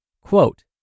quote